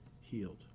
healed